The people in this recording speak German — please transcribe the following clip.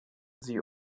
sie